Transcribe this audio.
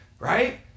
right